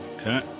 Okay